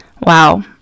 Wow